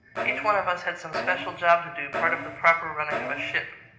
each one of us had some special job to do, part of the proper running of a ship.